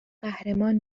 قهرمان